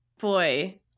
Boy